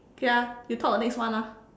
okay ah you talk next one ah